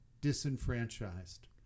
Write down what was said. disenfranchised